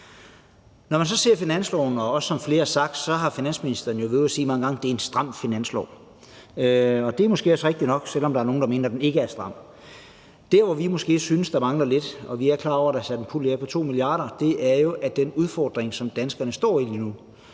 har finansministeren jo, som flere også har sagt, været ude at sige mange gange, at det er et forslag til en stram finanslov. Det er måske også rigtigt nok, selv om der er nogle, der mener, at den ikke er stram. Der, hvor vi måske synes at der mangler lidt, og vi er klar over, at der er afsat en pulje på 2 mia. kr., er i forhold til den udfordring, som danskerne står med lige nu.